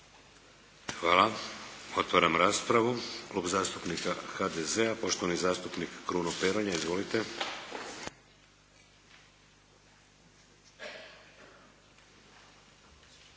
Hvala. Otvaram raspravu. Klub zastupnika HDZ-a, poštovani zastupnik Kruno Peronja. Izvolite.